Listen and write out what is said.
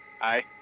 Hi